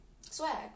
Swag